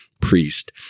priest